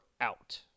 out